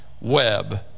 Web